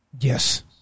Yes